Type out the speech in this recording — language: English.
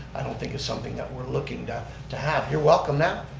i don't think it's something that we're looking to have. you're welcome now,